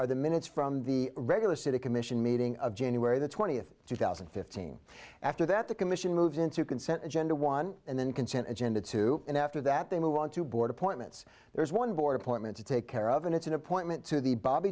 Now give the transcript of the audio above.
are the minutes from the regular city commission meeting of january the twentieth two thousand and fifteen after that the commission moves into consent agenda one and then consent agenda two and after that they move on to board appointments there is one board appointment to take care of and it's an appointment to the bob